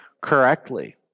correctly